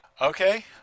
okay